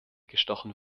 gestochen